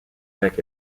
avec